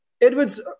Edwards